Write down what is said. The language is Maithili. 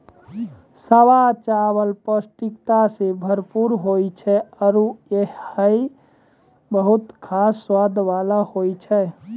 सावा चावल पौष्टिकता सें भरपूर होय छै आरु हय बहुत खास स्वाद वाला होय छै